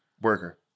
Worker